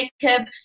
Jacob